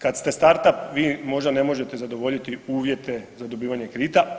Kad ste startup, vi možda ne možete zadovoljiti uvjete za dobivanje kredita.